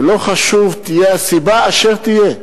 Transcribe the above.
ולא חשוב, תהיה הסיבה אשר תהיה,